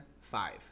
five